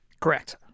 Correct